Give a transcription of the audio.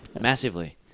Massively